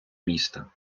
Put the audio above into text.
міста